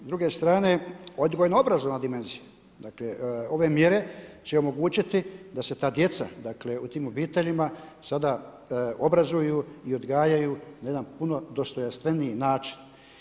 S druge strane odgojno obrazovna dimenzija, ove mjere će omogućiti da se ta djeca u tim obiteljima sada obrazuju i odgajaju na jedan puno dostojanstveniji način.